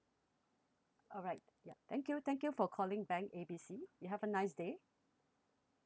alright ya thank you thank you for calling bank A B C you have a nice day